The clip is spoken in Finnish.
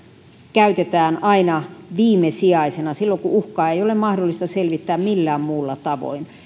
käytetään aina viimesijaisena silloin kun uhkaa ei ole mahdollista selvittää millään muulla tavoin